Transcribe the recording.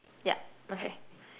yup okay